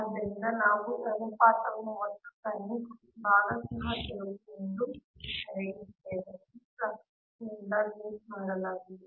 ಆದ್ದರಿಂದ ನಾವು ಈ ಅನುಪಾತವನ್ನು ಒಟ್ಟು ಕರೆಂಟ್ ಭಾಗಶಃ ತಿರುವು ಎಂದು ಕರೆಯುತ್ತೇವೆ ಈ ಫ್ಲಕ್ ಯಿಂದ ಲಿಂಕ್ ಮಾಡಲಾಗಿದೆ